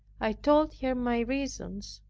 i told her my reasons.